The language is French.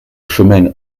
chemin